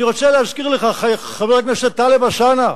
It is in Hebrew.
אני רוצה להזכיר לך, חבר הכנסת טלב אלסאנע,